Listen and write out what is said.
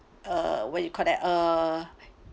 uh what do you call that uh